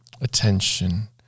attention